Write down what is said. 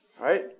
right